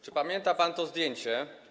Czy pamięta pan to zdjęcie?